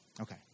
Okay